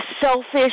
selfish